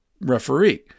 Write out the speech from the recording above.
referee